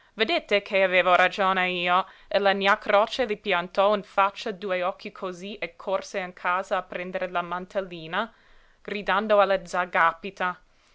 vedete che avevo ragione io la gna croce le piantò in faccia due occhi cosí e corse in casa a prendere la mantellina gridando alla z'a gàpita